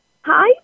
Hi